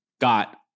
got